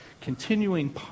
Continuing